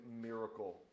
miracle